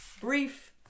brief